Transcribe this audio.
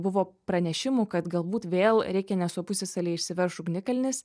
buvo pranešimų kad galbūt vėl reikjaneso pusiasaly išsiverš ugnikalnis